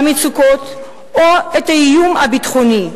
המצוקות או האיום הביטחוני.